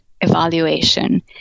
evaluation